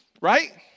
right